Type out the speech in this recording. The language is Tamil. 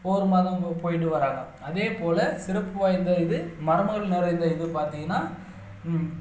ஒவ்வொரு மாதமும் போ போயிட்டு வராங்க அதே போல சிறப்பு வாய்ந்த இது மர்மங்கள் நிறைந்த இது பார்த்திங்கன்னா